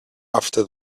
after